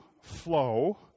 flow